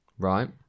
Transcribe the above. Right